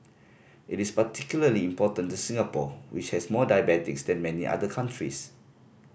it is particularly important to Singapore which has more diabetics than many other countries